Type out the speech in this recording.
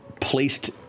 placed